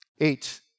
Eight